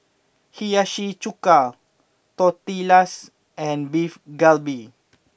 Hiyashi Chuka Tortillas and Beef Galbi